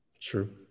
True